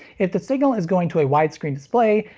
if this signal is going to a widescreen display,